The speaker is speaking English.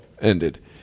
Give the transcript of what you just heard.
ended